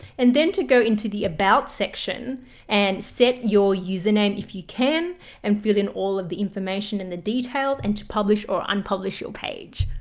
and then to go into the about section and set your username if you can and fill in all of the information in the details and to publish or unpublish your page.